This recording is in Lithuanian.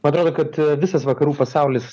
man atrodo kad visas vakarų pasaulis